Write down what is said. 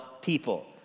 people